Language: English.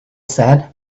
said